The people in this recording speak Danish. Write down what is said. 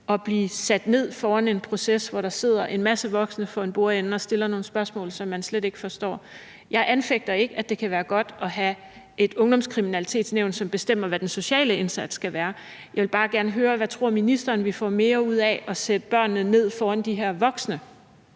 at blive sat ned i en proces, hvor der sidder en masse voksne for en bordende og stiller nogle spørgsmål, som man slet ikke forstår. Jeg anfægter ikke, at det kan være godt at have et ungdomskriminalitetsnævn, som bestemmer, hvad den sociale indsats skal være. Jeg vil bare gerne høre, om ministeren tror børnene får mere ud af det, altså at vi sætter børnene ned foran de her vokse.